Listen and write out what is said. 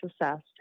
assessed